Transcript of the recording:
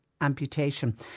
amputation